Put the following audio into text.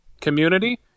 Community